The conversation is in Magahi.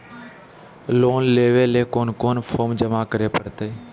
लोन लेवे ले कोन कोन फॉर्म जमा करे परते?